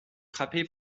frappé